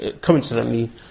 coincidentally